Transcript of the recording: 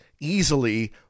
easily